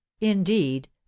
indeed